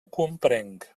comprenc